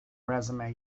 resume